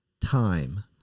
time